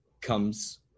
comes